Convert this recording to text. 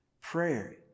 Prayer